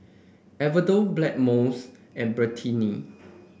Enervon Blackmores and Betadine